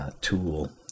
tool